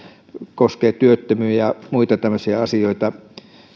koskee työttömiä ja muita tämmöisiä asioita